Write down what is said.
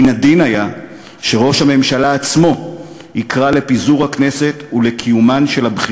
מן הדין היה שראש הממשלה עצמו יקרא לפיזור הכנסת ולבחירות